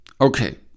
Okay